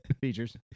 Features